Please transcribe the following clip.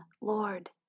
Lord